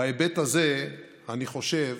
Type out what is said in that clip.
בהיבט הזה אני חושב